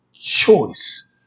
Choice